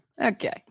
Okay